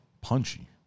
Punchy